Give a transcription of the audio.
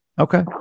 Okay